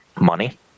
money